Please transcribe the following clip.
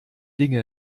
dinge